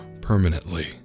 permanently